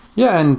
yeah. and